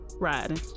Riding